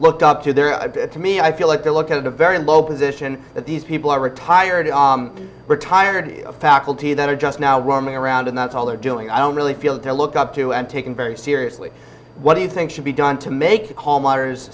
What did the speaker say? looked up to there to me i feel like they look at a very low position that these people are retired retired faculty that are just now roaming around and that's all they're doing i don't really feel to look up to and taken very seriously what do you think should be done to make the call m